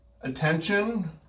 attention